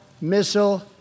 missile